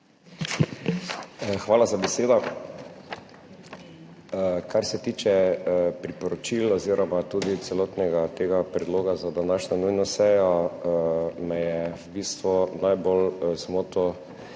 Hvala za besedo. Kar se tiče priporočil oziroma tudi celotnega tega predloga za današnjo nujno sejo, me je v bistvu najbolj zmotilo